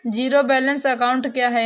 Zero balance account क्या है?